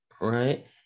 right